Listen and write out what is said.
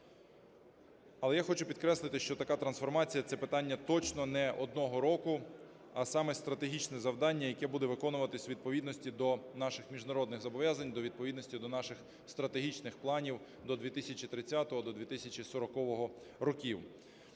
Але я хочу підкреслити, що така трансформація – це питання точно не одного року, а саме стратегічне завдання, яке буде виконуватися у відповідності до наших міжнародних зобов'язань, у відповідності до наших стратегічних планів до 2030, до 2040 років.